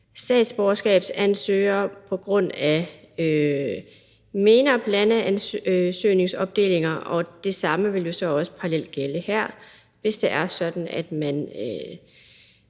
statsborgerskabsansøgere på grund af MENAPT-lande-ansøgningsopdelinger, og det samme vil jo så også parallelt gælde her, hvis man anfører